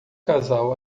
casal